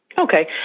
Okay